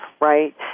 right